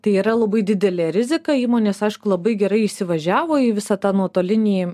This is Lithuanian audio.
tai yra labai didelė rizika įmonės aišku labai gerai įsivažiavo į visą tą nuotolinį